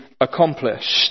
accomplished